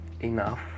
enough